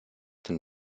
den